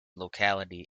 locality